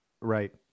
Right